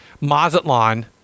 Mazatlan